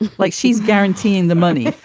like she's guaranteeing the money.